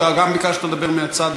אתה גם ביקשת לדבר מהצד,